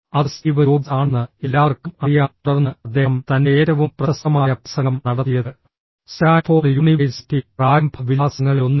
അത് Steve Jobs ആണെന്ന് എല്ലാവർക്കും അറിയാം തുടർന്ന് അദ്ദേഹം തൻറെ ഏറ്റവും പ്രശസ്തമായ പ്രസംഗം നടത്തിയത് സ്റ്റാൻഫോർഡ് യൂണിവേഴ്സിറ്റി പ്രാരംഭ വിലാസങ്ങളിലൊന്നിൽ